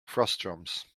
frustums